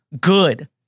good